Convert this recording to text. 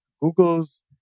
Google's